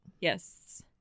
Yes